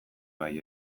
bai